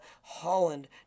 Holland